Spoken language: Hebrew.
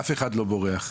אף אחד לא בורח.